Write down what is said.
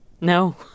No